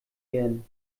werden